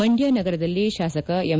ಮಂಡ್ಯ ನಗರದಲ್ಲಿ ಶಾಸಕ ಎಂ